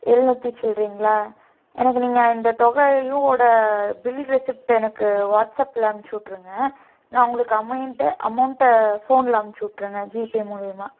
எழுநூத்தி சில்லறைங்களா எனக்கு நீங்கள் இந்த தொகையோடய பில் ரெசிப்ட்டை எனக்கு வாட்சப்பில் அனுப்பித்து விட்டுருங்க நான் உங்களுக்கு அமைண்டு அமௌண்ட்டை ஃபோனில் அனுப்பித்து விட்டுறேங்க ஜீபே மூலிமா